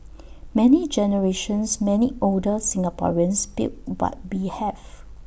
many generations many older Singaporeans built what we have